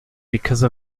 because